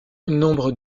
nombre